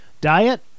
Diet